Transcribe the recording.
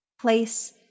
place